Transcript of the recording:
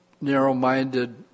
narrow-minded